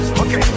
okay